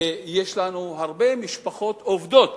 ויש לנו הרבה משפחות עובדות